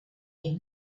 out